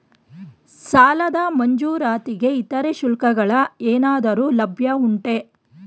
ಸಾಲದ ಮಂಜೂರಾತಿಗೆ ಇತರೆ ಶುಲ್ಕಗಳ ಏನಾದರೂ ಸೌಲಭ್ಯ ಉಂಟೆ?